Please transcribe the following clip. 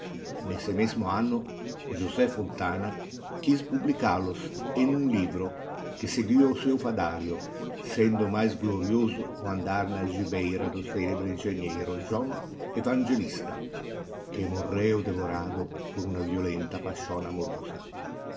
meu n'esse mesmo anno josé fontana quiz publical os em um livro que seguiu o seu fadario sendo o mais glorioso o andar na algibeira do celebre engenheiro joão evangelista que morreu devorado por uma violenta paixão amorosa